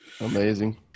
Amazing